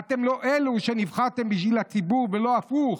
/ אתם אלו שנבחרתם בשביל הציבור ולא הפוך.